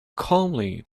calmly